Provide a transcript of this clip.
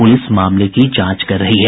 police मामले की जांच कर रही है